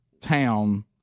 town